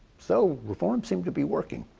so reform seemed to be working.